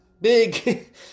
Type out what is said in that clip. big